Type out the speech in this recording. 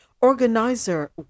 organizer